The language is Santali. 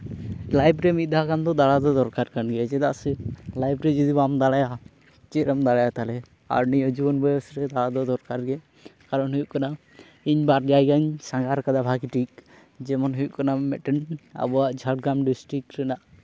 ᱞᱟᱭᱤᱯᱷ ᱨᱮ ᱢᱤᱫ ᱫᱷᱟᱣ ᱜᱟᱱ ᱫᱚ ᱫᱟᱬᱟ ᱫᱚ ᱫᱚᱨᱠᱟᱨ ᱠᱟᱱ ᱜᱮᱭᱟ ᱪᱮᱫᱟᱜ ᱥᱮ ᱞᱟᱭᱤᱯᱷ ᱨᱮ ᱡᱩᱫᱤ ᱵᱟᱢ ᱫᱟᱬᱟᱭᱟ ᱪᱮᱫ ᱮᱢ ᱫᱟᱬᱟᱭᱟ ᱛᱟᱦᱚᱞᱮ ᱟᱨ ᱱᱤᱭᱟᱹ ᱡᱩᱣᱟᱹᱱ ᱵᱚᱭᱚᱥ ᱨᱮ ᱫᱟᱬᱟ ᱫᱚ ᱫᱚᱨᱠᱟᱨᱜᱮ ᱠᱟᱨᱚᱱ ᱦᱩᱭᱩᱜ ᱠᱟᱱᱟ ᱤᱧ ᱵᱟᱨ ᱡᱟᱭᱜᱟᱧ ᱥᱟᱸᱜᱷᱟᱨ ᱠᱟᱫᱟ ᱵᱷᱟᱜᱮ ᱴᱷᱤᱠ ᱡᱮᱢᱚᱱ ᱦᱩᱭᱩᱜ ᱠᱟᱱᱟ ᱢᱤᱫᱴᱤᱱ ᱟᱵᱚᱣᱟᱜ ᱡᱷᱟᱲᱜᱨᱟᱢ ᱰᱤᱥᱴᱤᱠ ᱨᱮᱭᱟᱜ